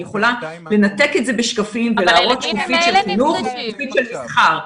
אני יכולה לנתק את זה בשקפים ולהראות שקופית של חינוך ושקופית של מסחר,